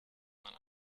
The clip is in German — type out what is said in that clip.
man